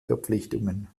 verpflichtungen